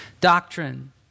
Doctrine